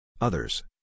Others